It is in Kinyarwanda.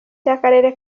cy’akarere